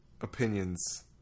opinions